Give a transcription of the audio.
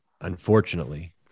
unfortunately